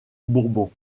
bourbon